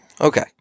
Okay